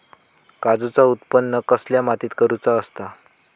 काजूचा उत्त्पन कसल्या मातीत करुचा असता?